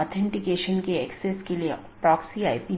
उल्लेख किया था कि यह कनेक्शन स्थापित करता है